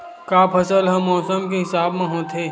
का फसल ह मौसम के हिसाब म होथे?